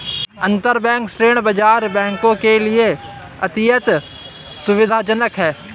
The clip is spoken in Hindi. अंतरबैंक ऋण बाजार बैंकों के लिए अत्यंत सुविधाजनक है